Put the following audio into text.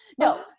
No